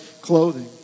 clothing